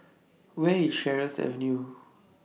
Where IS Sheares Avenue